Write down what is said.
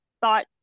thought